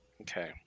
Okay